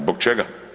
Zbog čega?